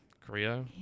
korea